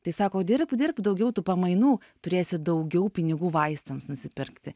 tai sako dirbk dirbk daugiau tų pamainų turėsi daugiau pinigų vaistams nusipirkti